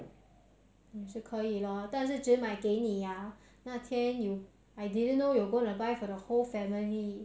not considered reciprocating reciprocating is doing the same thing back for you